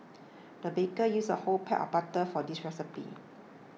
the baker used a whole block of butter for this recipe